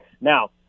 Now